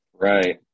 right